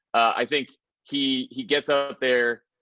i think he he gets up there,